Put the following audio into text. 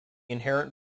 inherent